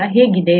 ಈಗ ಹೇಗಿದೆ